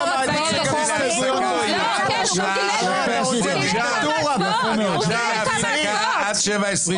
צריך לחזור שתי הצבעות אחורנית.